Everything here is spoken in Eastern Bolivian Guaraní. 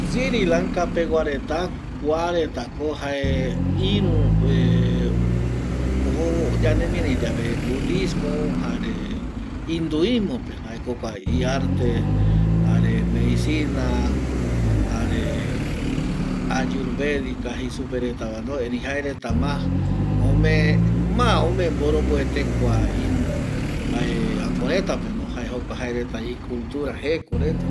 Sirilanka pegua reta kua retako jae iru jo ñanemiari yae budismo jare induismope jaeko jokua iarte jare medicina jare ayurvedika jei supeva retavano erei jaerete ma ome ma ome mboromboete kua iru mbae äporetapeno jae jokua icultura jeko reta